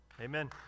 Amen